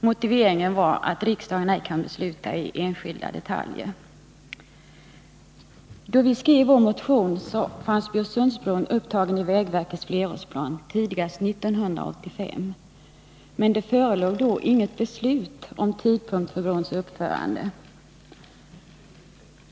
Motiveringen var att riksdagen inte kan besluta i enskilda detaljer. Då vi skrev vår motion fanns Bjursundsbron upptagen i vägverkets flerårsplan tidigast 1985, men det förelåg inget beslut om tidpunkt för brons uppförande.